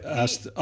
asked